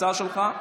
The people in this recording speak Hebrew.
ההצעה שלך.